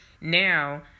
now